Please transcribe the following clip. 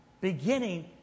Beginning